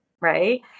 Right